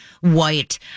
white